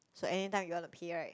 so anytime you want to pay right